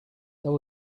there